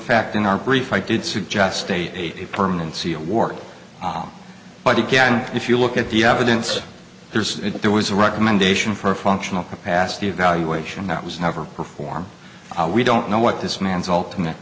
fact in our brief i did suggest a permanency award but again if you look at the evidence there's there was a recommendation for functional capacity evaluation that was never perform we don't know what this man's ultimate